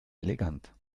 elegant